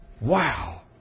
Wow